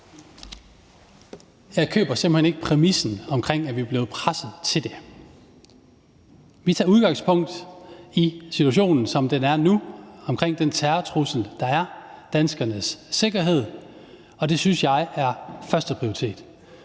Jeg køber simpelt hen ikke præmissen om, at vi er blevet presset til det. Vi tager udgangspunkt i situationen, som den er nu omkring den terrortrussel, der er, og danskernes sikkerhed, og det synes jeg er førsteprioritet.